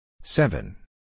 Seven